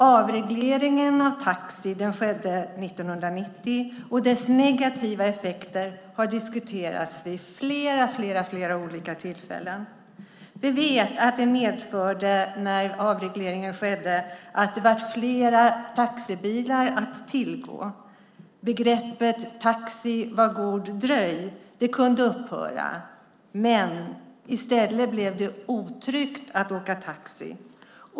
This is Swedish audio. Avregleringen av taxi skedde 1990, och dess negativa effekter har diskuterats vid flera olika tillfällen. Vi vet att avregleringen medförde att det blev fler taxibilar att tillgå. Begreppet "Taxi, var god dröj!" kunde upphöra, men i stället blev det otryggt att åka taxi.